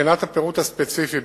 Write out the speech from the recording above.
מבחינת הפירוט הספציפי,